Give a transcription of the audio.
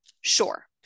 sure